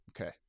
Okay